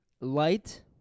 Light